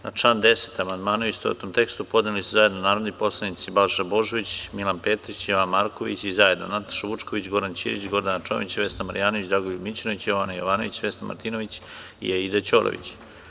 Na član 10. amandmane, u istovetnom tekstu, podneli su zajedno narodni poslanici Balša Božović, Milan Petrić, Jovan Marković i zajedno Nataša Vučković, Goran Ćirić, Gordana Čomić, Vesna Marjanović, Dragoljub Mićunović, Jovana Jovanović, Vesna Martinović i Aida Ćorović.